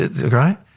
right